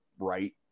right